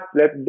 Let